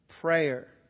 prayer